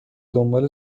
دنبال